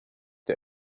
der